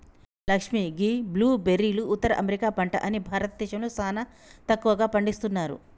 లక్ష్మీ గీ బ్లూ బెర్రీలు ఉత్తర అమెరికా పంట అని భారతదేశంలో సానా తక్కువగా పండిస్తున్నారు